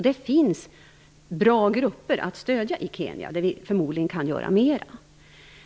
Det finns bra grupper att stödja i Kenya, och där kan vi förmodligen göra mera.